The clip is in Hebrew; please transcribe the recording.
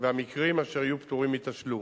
והמקרים אשר יהיו פטורים מתשלום,